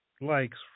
likes